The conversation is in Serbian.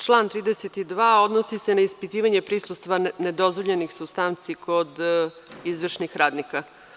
Član 32. odnosi se na ispitivanje prisustva nedozvoljenih supstanci kod izvršnih radnika.